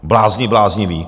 Blázni blázniví!